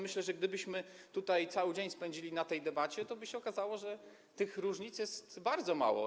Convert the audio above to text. Myślę, że gdybyśmy tutaj cały dzień spędzili na tej debacie, to by się okazało, że tych różnic jest bardzo mało.